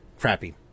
crappy